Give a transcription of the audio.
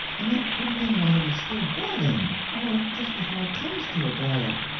i meant, put it in while it is still boiling or just before it comes to a boil.